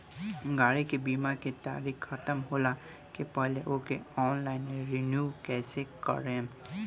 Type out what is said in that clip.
गाड़ी के बीमा के तारीक ख़तम होला के पहिले ओके ऑनलाइन रिन्यू कईसे करेम?